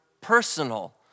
personal